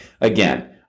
Again